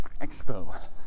Expo